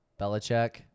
Belichick